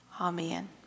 Amen